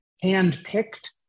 hand-picked